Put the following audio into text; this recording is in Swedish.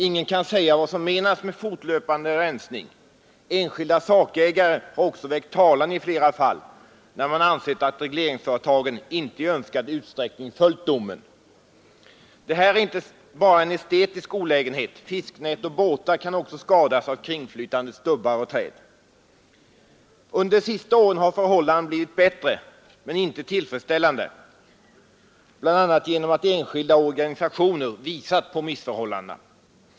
Ingen kan säga vad som menas med fortlöpande rensning. Enskilda sakägare har också väckt talan i flera fall, när man ansett att regleringsföretagen inte i önskad utsträckning följt domen. Det här är inte bara en estetisk olägenhet. Fisknät och båtar kan också skadas av kringflytande stubbar och träd. Under de senaste åren har förhållandena blivit bättre — men inte tillfredsställande — bl.a. genom att enskilda och organisationer visat på missförhållandena.